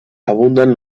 abundan